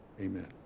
Amen